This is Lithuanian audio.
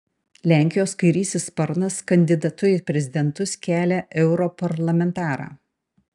lenkijos kairysis sparnas kandidatu į prezidentus kelia europarlamentarą